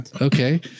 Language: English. okay